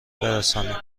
برسانیم